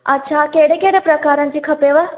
अच्छा कहिड़े कहिड़े प्रकारनि जी खपेव